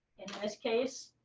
in this case,